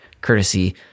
courtesy